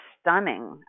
stunning